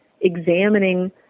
examining